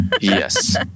yes